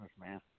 man